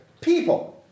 People